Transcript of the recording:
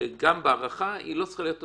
שגם הארכה לא צריכה להיות אוטומטית.